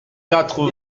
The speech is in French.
quatre